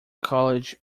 college